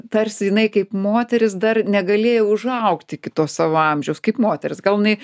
tarsi jinai kaip moteris dar negalėjo užaugti iki to savo amžiaus kaip moteris gal jinai